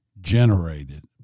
generated